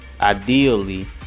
ideally